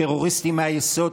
טרוריסטים מהיסוד,